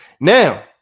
Now